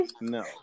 no